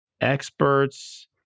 experts